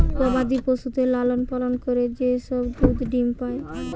গবাদি পশুদের লালন পালন করে যে সব দুধ ডিম্ পাই